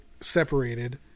separated